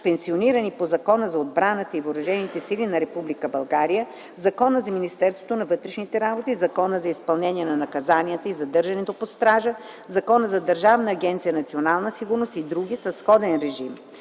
пенсионирани по Закона за отбраната и въоръжените сили на Република България, Закона за Министерство на вътрешните работи, Закона за изпълнение на наказанията и задържането под стража, Закона за Държавна агенция „Национална сигурност” и други със сходен режим.